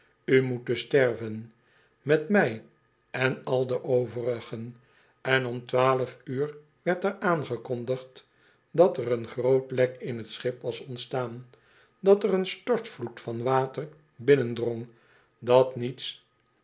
moet dus sterven met mij en al de overigen en om twaalf uur werd er aangekondigd dat er een groot lek in t schip was ontstaan dat er een stortvloed van water binnendrong dat niets